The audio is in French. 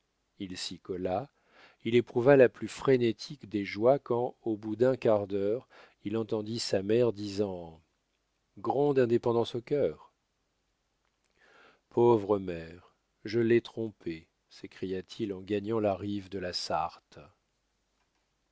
il s'y colla il éprouva la plus frénétique des joies quand au bout d'un quart d'heure il entendit sa mère disant grande indépendance en cœur pauvre mère je l'ai trompée s'écria-t-il en gagnant la rive de la sarthe